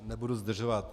Nebudu zdržovat.